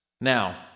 Now